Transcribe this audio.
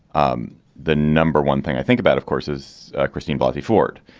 um the number one thing i think about, of course, is christine bobby ford.